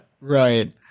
Right